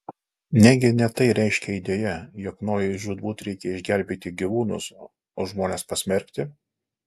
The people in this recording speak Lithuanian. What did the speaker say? negi ne tai reiškia idėja jog nojui žūtbūt reikia išgelbėti gyvūnus o žmones pasmerkti